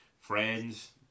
friends